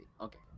Okay